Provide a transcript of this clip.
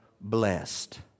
blessed